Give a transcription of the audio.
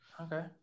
Okay